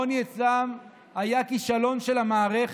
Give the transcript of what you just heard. העוני אצלם היה כישלון של המערכת,